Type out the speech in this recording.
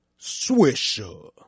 Swisha